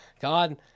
God